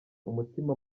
umutima